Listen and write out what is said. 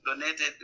Donated